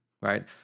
Right